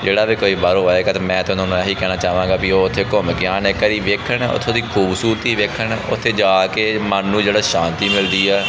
ਜਿਹੜਾ ਵੀ ਕੋਈ ਬਾਹਰੋਂ ਆਏਗਾ ਅਤੇ ਮੈਂ ਤਾਂ ਉਨ੍ਹਾਂ ਨੂੰ ਇਹੀ ਕਹਿਣਾ ਚਾਹਾਂਗਾ ਪੀ ਉਹ ਓਥੇ ਘੁੰਮ ਕੇ ਆਉਣ ਇੱਕ ਵਾਰੀ ਵੇਖਣ ਓਥੋਂ ਦੀ ਖੂਬਸੁਰਤੀ ਵੇਖਣ ਓਥੇ ਜਾ ਕੇ ਮਨ ਨੂੰ ਜਿਹੜਾ ਸ਼ਾਂਤੀ ਮਿਲਦੀ ਹੈ